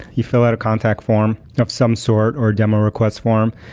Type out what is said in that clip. you fill out a contact form of some sort, or a demo request form,